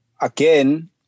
again